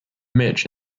mitch